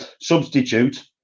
substitute